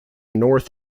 north